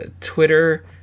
Twitter